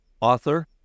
author